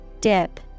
Dip